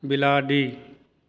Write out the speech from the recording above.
बिलाड़ि